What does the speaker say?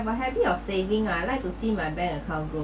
have a habit of saving ah I like to see my bank account grow